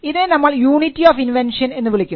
ഇതിനെ നമ്മൾ unity of invention എന്ന് വിളിക്കുന്നു